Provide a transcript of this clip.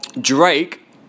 Drake